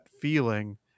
feeling